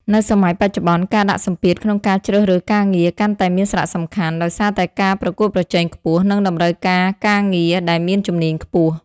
នៅសម័យបច្ចុប្បន្ន ការដាក់សម្ពាធក្នុងការជ្រើសរើសការងារកាន់តែមានសារៈសំខាន់ ដោយសារតែការប្រកួតប្រជែងខ្ពស់ និងតម្រូវការការងារដែលមានជំនាញខ្ពស់។